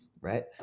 right